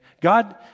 God